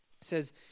says